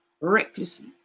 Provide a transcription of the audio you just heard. recklessly